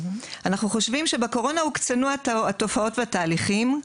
אנחנו חושבים שבקורונה הוקצנו התופעות והתהליכים,